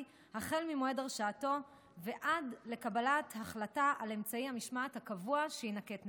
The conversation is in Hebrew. החל ממועד הרשעתו ועד לקבלת ההחלטה על אמצעי המשמעת הקבוע שיינקט נגדו.